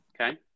Okay